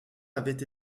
avait